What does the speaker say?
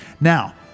Now